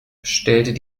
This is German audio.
stellt